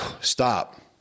stop